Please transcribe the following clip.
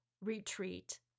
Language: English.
retreat